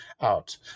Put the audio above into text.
out